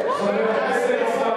אנחנו יודעים.